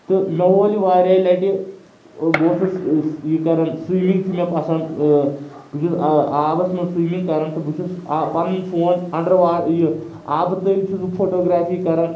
تہٕ مےٚ وول یہِ واریاہ لَٹہِ بہٕ اوسُس یہِ کَران سِومِنٛگ چھِ مےٚ پَسنٛد بہٕ چھُس آ آبَس منٛز سِومِنٛگ کَران تہٕ بہٕ چھُس آ پَنُن فون اَنڈَر وا یہِ آبہٕ تٔلۍ چھُس بہٕ فوٹوگرافی کَران